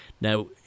Now